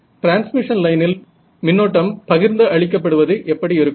transmission லைனில் மின்னோட்டம் பகிர்ந்து அளிக்கப்படுவது எப்படி இருக்கும்